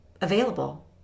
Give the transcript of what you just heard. available